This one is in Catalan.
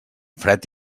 fred